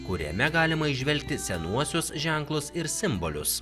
kuriame galima įžvelgti senuosius ženklus ir simbolius